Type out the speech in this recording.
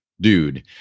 dude